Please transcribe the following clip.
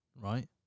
right